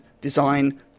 design